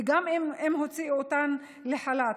וגם אם הוציאו אותן לחל"ת,